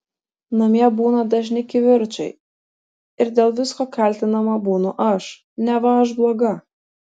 namie būna dažni kivirčai ir dėl visko kaltinama būnu aš neva aš bloga